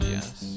Yes